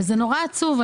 וזה נורא עצוב.